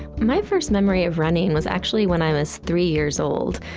my first memory of running was actually when i was three years old.